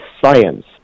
science